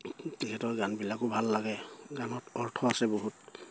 তেখেতৰ গানবিলাকো ভাল লাগে গানত অৰ্থ আছে বহুত